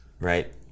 right